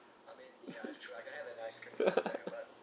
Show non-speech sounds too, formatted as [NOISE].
[LAUGHS]